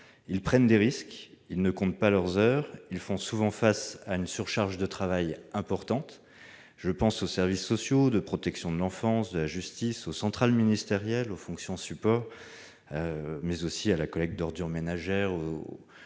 Ils prennent des risques. Ils ne comptent pas leurs heures. Ils font souvent face à une surcharge de travail importante, notamment les services sociaux, la protection de l'enfance, la justice, les centrales ministérielles, les fonctions support, la collecte d'ordures ménagères, les CCAS